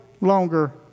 longer